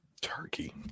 Turkey